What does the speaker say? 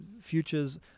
futures